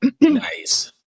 nice